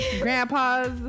grandpas